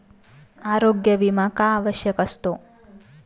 आरोग्य विमा का आवश्यक असतो?